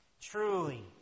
Truly